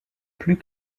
plus